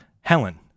Helen